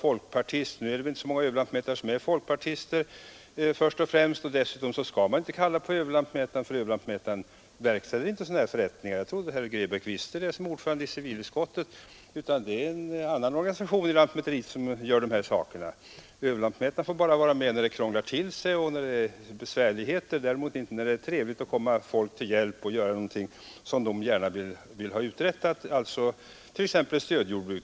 Nu finns det väl först och främst inte så många överlantmätare som är folkpartister, och dessutom skall man inte kalla på överlantmätaren. Han verkställer inte sådana förrättningar. Det trodde jag att herr Grebäck som ordförande i civilutskottet visste. Det är en annan organisation i lantmäteriet som handhar dessa saker. Överlantmätaren får bara vara med när det krånglar till sig och när det uppstår besvärligheter, däremot inte när det är trevligt att komma folk till hjälp och göra någonting som folk gärna vill ha uträttat, t.ex. när det gäller ett stödjordbruk.